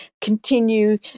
continue